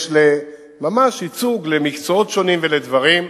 יש ממש ייצוג למקצועות שונים ולדברים.